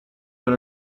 per